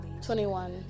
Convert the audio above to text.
21